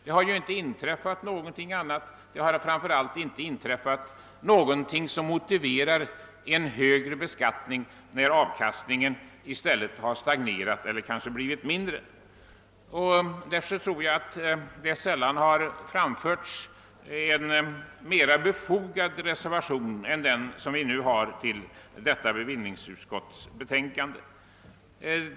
Det kan inte finnas något motiv för en högre beskattning när gårdens avkastning stagnerar eller kanske minskar, och därför tror jag att det sällan har framförts en mera befogad reservation än den som har fogats vid detta bevillningsutskottets betänkande.